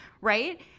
Right